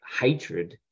hatred